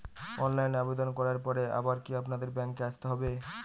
অনলাইনে আবেদন করার পরে আবার কি আপনাদের ব্যাঙ্কে আসতে হবে?